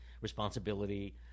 responsibility